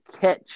catch